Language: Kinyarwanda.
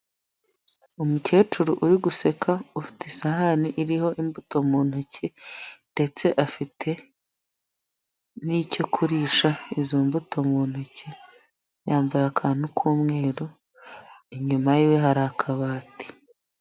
Umukecuru uri guseka ufite isahani iriho imbuto mu ntoki ndetse afite n'icyo kurisha izo mbuto mu ntoki, yambaye akantu k'umweru, inyuma yiwe hari akabati.